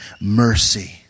mercy